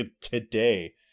today